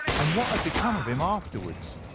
um what had become of him afterwards.